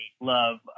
love